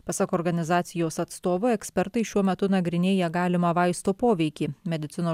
pasak organizacijos atstovų ekspertai šiuo metu nagrinėja galimą vaisto poveikį medicinos